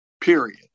period